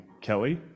Kelly